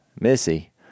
Missy